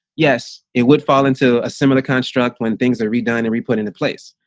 yes, it would fall into a similar construct. when things are redone and re put into place.